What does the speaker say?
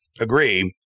agree